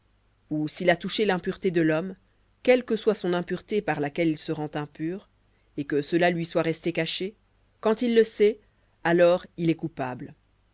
ou s'il a touché l'impureté de l'homme quelle que soit son impureté par laquelle il se rend impur et que cela lui soit resté caché quand il le sait alors il est coupable